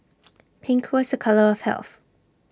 pink was A colour of health